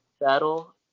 battle